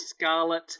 Scarlet